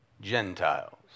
Gentiles